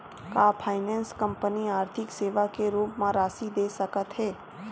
का finance company आर्थिक सेवा के रूप म राशि दे सकत हे?